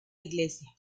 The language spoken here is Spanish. iglesia